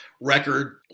record